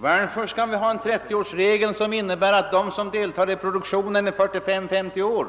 Varför skall vi ha en 30-årsregel som innebär att de som deltar i produktionen under 45—50 år